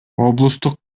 облустук